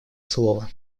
слово